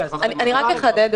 אני רק אחדד,